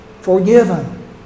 Forgiven